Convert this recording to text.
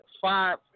five